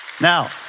Now